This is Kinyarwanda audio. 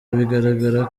bigaragara